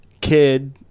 kid